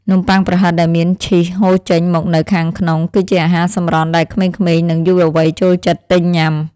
នំប៉័ងប្រហិតដែលមានឈីសហូរចេញមកនៅខាងក្នុងគឺជាអាហារសម្រន់ដែលក្មេងៗនិងយុវវ័យចូលចិត្តទិញញ៉ាំ។